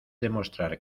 demostrar